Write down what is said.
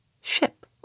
Ship